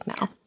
now